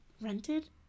rented